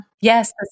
Yes